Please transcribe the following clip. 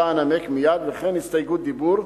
שאותה אנמק מייד, וכן הסתייגות דיבור.